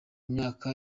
myaka